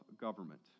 government